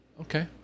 Okay